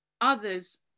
others